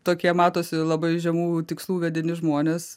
tokie matosi labai žemų tikslų vedini žmonės